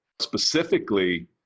specifically